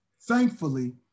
thankfully